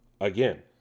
Again